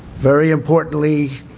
very importantly,